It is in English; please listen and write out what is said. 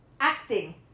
acting